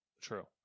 True